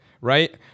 right